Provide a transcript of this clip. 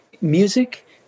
music